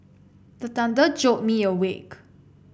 the thunder jolt me awake